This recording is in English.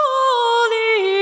Holy